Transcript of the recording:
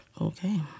okay